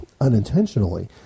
unintentionally